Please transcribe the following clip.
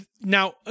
Now